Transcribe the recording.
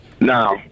Now